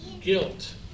guilt